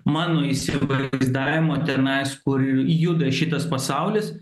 mano įsivaizdavimu tenai kur juda šitas pasaulis